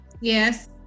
Yes